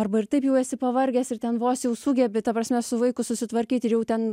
arba ir taip jau esi pavargęs ir ten vos jau sugebi ta prasme su vaiku susitvarkyt ir jau ten